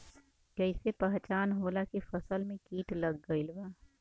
कैसे पहचान होला की फसल में कीट लग गईल बा?